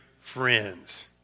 friends